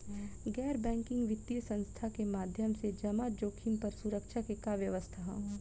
गैर बैंकिंग वित्तीय संस्था के माध्यम से जमा जोखिम पर सुरक्षा के का व्यवस्था ह?